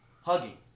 hugging